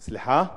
סליחה?